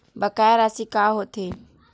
बकाया राशि का होथे?